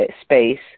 space